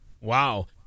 Wow